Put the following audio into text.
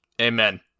amen